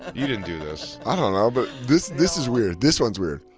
you didn't do this. i don't know. but this this is weird. this one's weird.